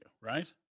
right